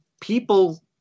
people